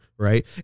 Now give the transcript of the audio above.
right